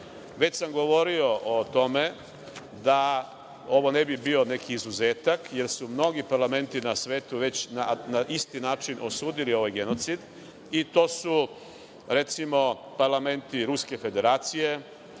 sam govorio o tome da ovo ne bi bio neki izuzetak, jer su mnogi parlamenti na svetu već na isti način osudili ovaj genocid i to su, recimo parlamenti Ruske Federacije,